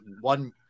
one –